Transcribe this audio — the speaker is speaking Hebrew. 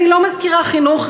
אני לא מזכירה חינוך,